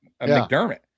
McDermott